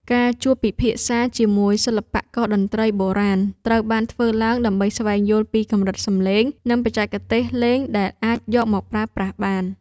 ការជួបពិភាក្សាជាមួយសិល្បករតន្ត្រីបុរាណ ត្រូវបានធ្វើឡើងដើម្បីស្វែងយល់ពីកម្រិតសំឡេង និងបច្ចេកទេសលេងដែលអាចយកមកប្រើប្រាស់បាន។